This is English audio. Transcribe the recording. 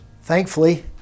Thankfully